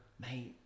Mate